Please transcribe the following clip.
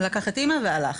לקח את אימא והלך.